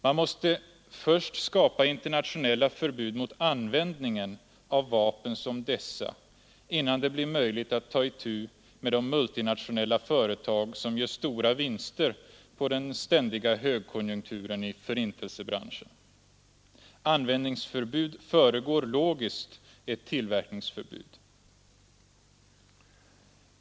Man måste först skapa internationella förbud mot användningen av vapen som dessa innan det blir möjligt att ta itu med de multinationella företag som gör stora vinster på den ständiga högkonjunkturen i förintelsebranschen. Användningsförbud föregår logiskt ett tillverkningsförbud.